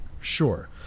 sure